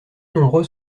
nombreux